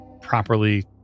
properly